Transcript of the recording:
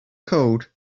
cooled